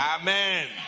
Amen